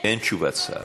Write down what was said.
אין תשובת שר.